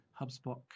HubSpot